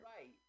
Right